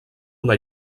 una